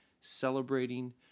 celebrating